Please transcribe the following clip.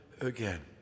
again